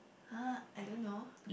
!huh! I don't know